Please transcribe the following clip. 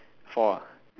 four ah